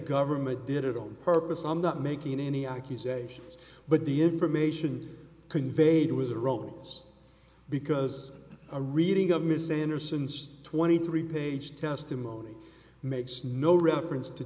government did it on purpose i'm not making any accusations but the information conveyed was the ropes because a reading of ms sanderson's twenty three page testimony makes no reference to